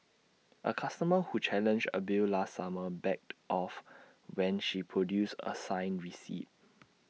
A customer who challenged A bill last summer backed off when she produced A signed receipt